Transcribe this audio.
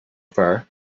far